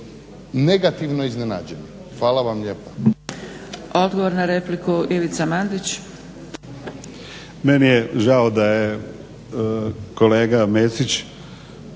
negativno iznenađeni. Hvala vam lijepa.